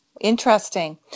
Interesting